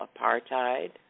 apartheid